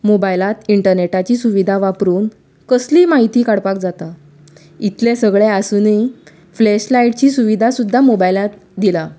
मोबायलांत इन्टरनॅटाची सुविधा वापरून कसलीय म्हायती काडपाक जाता इतलें सगळें आसुनीय फ्लॅश लायटिची सुविधा सुद्दां मोबायलात दिल्या